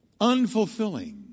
unfulfilling